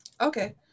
Okay